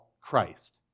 Christ